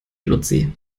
luzi